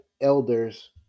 elders